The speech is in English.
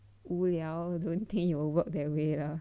无聊 don't think it will work that way lah